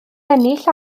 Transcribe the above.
ennill